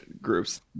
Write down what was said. groups